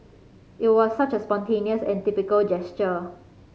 it was such a spontaneous and typical gesture